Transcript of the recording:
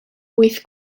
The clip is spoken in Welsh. wyth